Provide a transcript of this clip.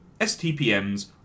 STPM's